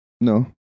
No